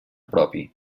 propi